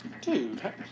Dude